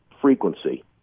frequency